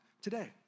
today